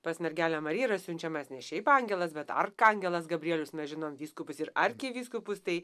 pas mergelę mariją yra siunčiamas ne šiaip angelas bet arkangelas gabrielius mes žinom vyskupas ir arkivyskupus tai